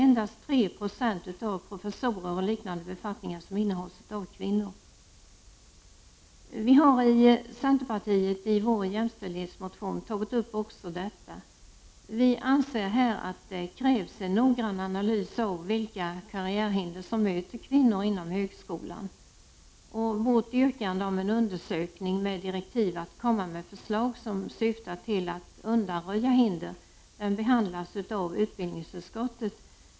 Endast 3 96 av professurer och liknande befattningar innehas av kvinnor. Vi i centerpartiet har i vår jämställdhetsmotion tagit upp också detta. Vi anser att det krävs en noggrann analys av vilka karriärhinder som möter kvinnor inom högskolan. Vårt yrkande om en undersökning med direktiv att förslag skall läggas fram som syftar till att hinder skall undanröjas behandlas av utbildningsutskottet.